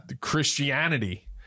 Christianity